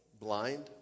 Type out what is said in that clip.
blind